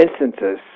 instances